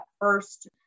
first